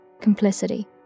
Complicity